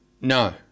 No